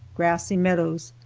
grassy meadows,